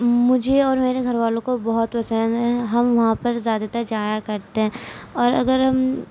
مجھے اور میرے گھر والوں کو بہت پسند ہے ہم وہاں پر زیادہ تر جایا کرتے ہیں اور اگر ہم